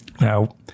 Now